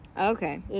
Okay